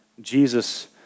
Jesus